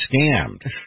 scammed